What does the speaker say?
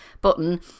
button